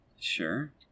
Sure